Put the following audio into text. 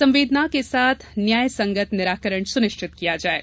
संवेदनाओं के साथ न्याय संगत निराकरण सुनिश्चित करें